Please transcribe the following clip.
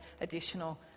additional